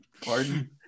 Pardon